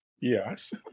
Yes